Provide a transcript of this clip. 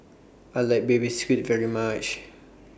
I like Baby Squid very much